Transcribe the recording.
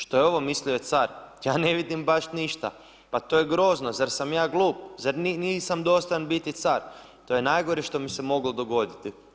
Što je ovo, mislio je car, ja ne vidim baš ništa, pa to je grozno, zar sam ja glup, zar nisam dostojan biti car, to je najgore što mi se moglo dogoditi.